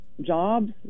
jobs